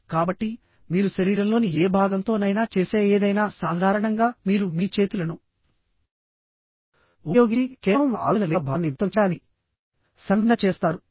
కాబట్టి మీరు శరీరంలోని ఏ భాగంతోనైనా చేసే ఏదైనా సాధారణంగా మీరు మీ చేతులను ఉపయోగించి కేవలం ఒక ఆలోచన లేదా భావాన్ని వ్యక్తం చేయడానికి సంజ్ఞ చేస్తారు